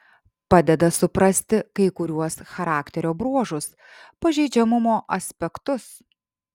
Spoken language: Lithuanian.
padeda suprasti kai kuriuos charakterio bruožus pažeidžiamumo aspektus